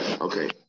Okay